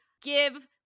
give